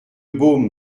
baume